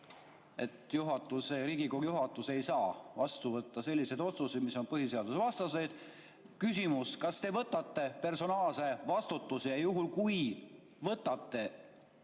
teemal, et Riigikogu juhatus ei saa vastu võtta selliseid otsuseid, mis on põhiseadusvastased. Küsimus: kas te võtate personaalse vastutuse? Juhul kui võtate